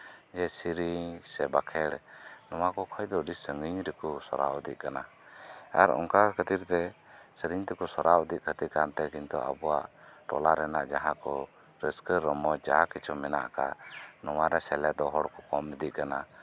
ᱡᱮ ᱥᱮᱹᱨᱮᱹᱧ ᱥᱮ ᱵᱟᱸᱠᱷᱮᱲ ᱱᱚᱶᱟ ᱠᱚ ᱠᱷᱚᱱ ᱫᱚ ᱟᱹᱰᱤ ᱥᱟᱹᱜᱤᱧ ᱨᱮᱠᱚ ᱥᱟᱦᱟ ᱤᱫᱤᱜ ᱠᱟᱱᱟ ᱟᱨ ᱚᱱᱠᱟ ᱠᱷᱟᱹᱛᱤᱨᱛᱮ ᱥᱮᱹᱨᱮᱹᱧ ᱫᱚᱠᱚ ᱥᱚᱨᱟᱣ ᱤᱫᱤᱭᱮᱫ ᱠᱟᱱᱛᱮ ᱠᱤᱱᱛᱩ ᱟᱵᱚᱣᱟᱜ ᱴᱚᱞᱟ ᱨᱮᱭᱟᱜ ᱡᱟᱦᱟᱸ ᱠᱚ ᱨᱟᱹᱥᱠᱟᱹ ᱨᱚᱢᱚᱡ ᱡᱟ ᱠᱤᱪᱷᱩ ᱢᱮᱱᱟᱜ ᱟᱠᱟᱫ ᱱᱚᱶᱟ ᱨᱮ ᱥᱮᱞᱮᱫᱚᱜ ᱦᱚᱲ ᱠᱚ ᱠᱚᱢ ᱤᱫᱤᱜ ᱠᱟᱱᱟ